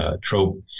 trope